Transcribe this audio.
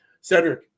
Cedric